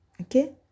Okay